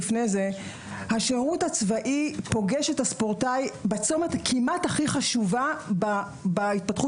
השירות הצבאי פוגש את הספורטאי בצומת ההתפתחות החשוב ביותר,